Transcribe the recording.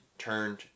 turned